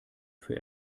für